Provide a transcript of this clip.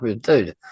Dude